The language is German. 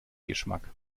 geschmack